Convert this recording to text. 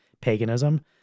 paganism